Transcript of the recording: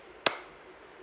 yes